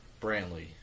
Brantley